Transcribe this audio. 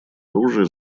оружия